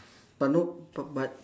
but no no but